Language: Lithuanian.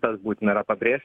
tas būtina yra pabrėžt